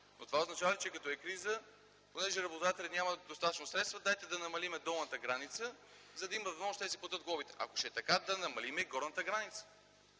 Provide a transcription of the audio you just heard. но това означава ли, че като е криза, понеже работодателят няма достатъчно средства, дайте да намалим долната граница, за да има възможност те да си платят глобите? Ако ще е така, да намалим горната граница.